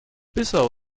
bissau